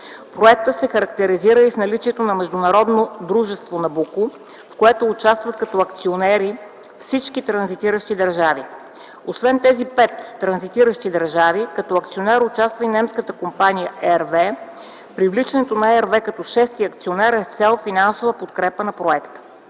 Проектът се характеризира и с наличието на международно дружество „Набуко”, в което участват като акционери всички транзитиращи държави. Освен тези пет транзитиращи държави, като акционер участва и немската компания RV. Привличането на RV като шести акционер е с цел финансова подкрепа на проекта.